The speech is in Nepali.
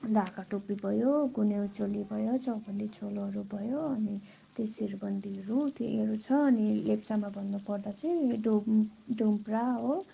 ढाका टोपी भयो गुनिउँ चोली भयो चौबन्दी चोलोहरू भयो अनि त्यही शिरबन्दीहरू त्यहीहरू छ अनि लेप्चामा भन्नु पर्दा चाहिँ डुम डुम्प्रा हो